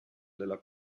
della